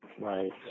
Right